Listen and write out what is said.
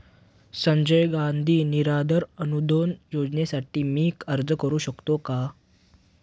संजय गांधी निराधार अनुदान योजनेसाठी मी अर्ज करू शकतो का?